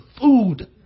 food